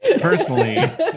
Personally